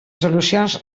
solucions